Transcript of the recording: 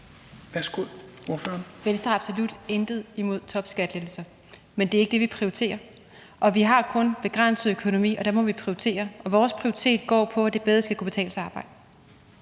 Schack Elholm (V): Venstre har absolut intet imod topskattelettelser, men det er ikke det, vi prioriterer. Og vi har kun har en begrænset økonomi, og der må vi prioritere, og vores prioritering går ud på, at det bedre skal kunne betale sig at arbejde.